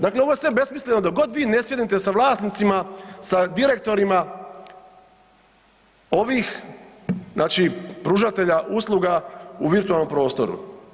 Dakle, ovo je sve besmisleno dok god vi ne sjednete s vlasnicima, sa direktorima ovih znači pružatelja usluga u virtualnom prostoru.